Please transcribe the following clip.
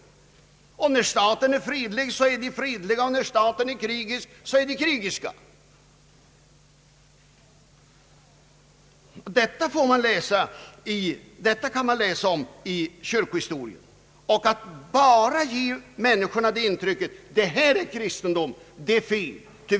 När staten är fredlig är de fredliga, och när staten är krigisk är de krigiska. Detta kan man läsa om i kyrkohistorien, och att ge människorna intrycket att detta är kristendom är fel.